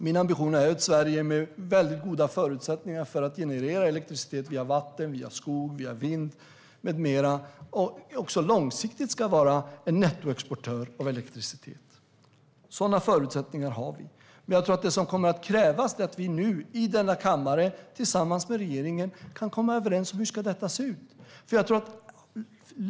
Min ambition är ett Sverige med väldigt goda förutsättningar att generera elektricitet via vatten, via skog, via vind med mera och att vi också långsiktigt ska vara en nettoexportör av elektricitet. Sådana förutsättningar har vi. Men det jag tror krävs är att denna kammare tillsammans med regeringen nu kan komma överens om hur detta ska se ut.